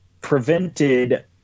prevented